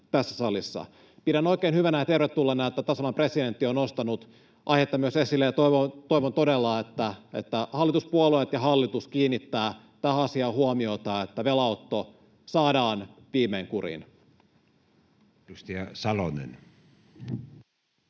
Pidän oikein hyvänä ja tervetulleena, että myös tasavallan presidentti on nostanut aihetta esille, ja toivon todella, että hallituspuolueet ja hallitus kiinnittävät tähän asiaan huomiota, että velanotto saadaan viimein kuriin.